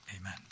Amen